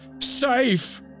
safe